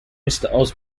osborne